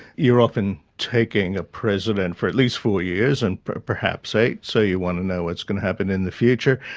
you're often taking a president for at least four years, and perhaps eight, so you want to know what's going to happen in the future.